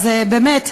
אז באמת,